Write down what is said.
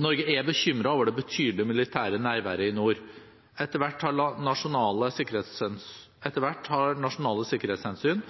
Norge er bekymret over det betydelige militære nærværet i nord. Nasjonale sikkerhetshensyn